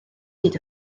hyd